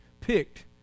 picked